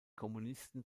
kommunisten